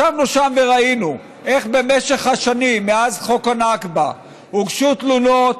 ישבנו שם וראינו איך במשך השנים מאז חוק הנכבה הוגשו תלונות,